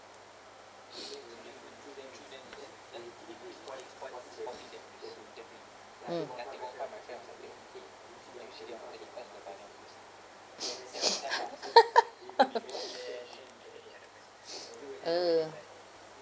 mm ugh